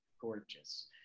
gorgeous